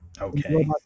Okay